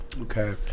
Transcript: okay